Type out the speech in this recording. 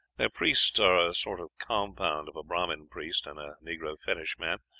their priests are a sort of compound of a brahmin priest and a negro fetish man,